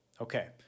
okay